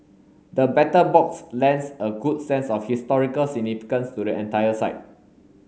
the Battle Box lends a good sense of historical significance to the entire site